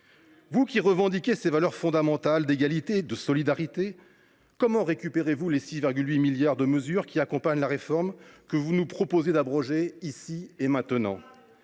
Vous qui vous réclamez des valeurs fondamentales que sont l’égalité et la solidarité, comment récupérez vous les 6,8 milliards d’euros de mesures qui accompagnent la réforme que vous nous proposez d’abroger ici et maintenant ?